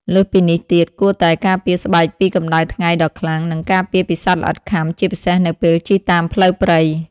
លើសពីនេះទៀត គួរតែការពារស្បែកពីកម្ដៅថ្ងៃដ៏ខ្លាំង និងការពារពីសត្វល្អិតខាំ ជាពិសេសនៅពេលជិះតាមផ្លូវព្រៃ។